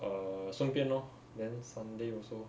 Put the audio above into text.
err 顺便 lor then sunday also